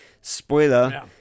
Spoiler